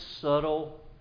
subtle